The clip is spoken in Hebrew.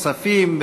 כספים,